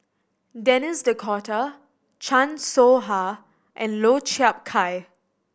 Denis D'Cotta Chan Soh Ha and Lau Chiap Khai